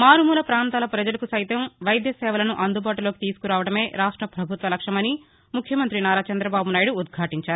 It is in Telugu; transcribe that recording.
మారుమూల పాంతాల పజలకు సైతం వైద్య సేవలను అందుబాటులోకి తీసుకురావడమే రాష్ట్ర పభుత్వ లక్ష్యమని ముఖ్యమంతి నారా చందబాబు నాయుడు ఉద్ఘాటించారు